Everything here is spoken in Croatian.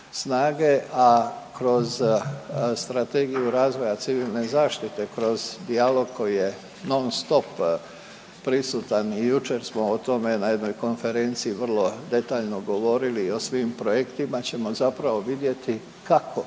a kroz strategiju razvoja civilne zaštite, kroz dijalog koji je non stop prisutan i jučer smo o tome na jednoj konferenciji vrlo detaljno govorili o svim projektima ćemo zapravo vidjeti kako